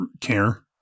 care